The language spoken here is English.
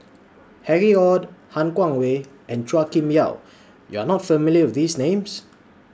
Harry ORD Han Guangwei and Chua Kim Yeow YOU Are not familiar with These Names